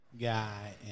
Guy